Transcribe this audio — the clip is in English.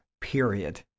period